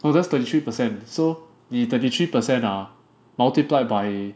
oh that's thirty three percent so if thirty three percent ah multiplied by